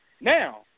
now